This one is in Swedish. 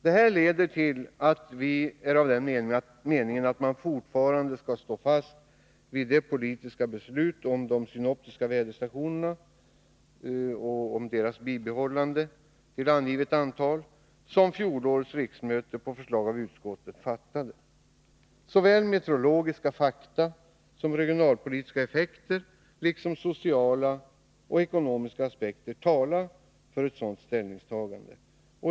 Detta leder till att vi anser att man fortfarande skall stå fast vid det politiska beslut om de synoptiska väderstationernas bibehållande till angivet antal som fjolårets riksmöte fattade på förslag av utskottet. Såväl meteorologiska fakta som regionalpolitiska effekter liksom sociala och ekonomiska aspekter talar härför.